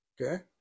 Okay